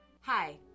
Hi